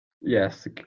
Yes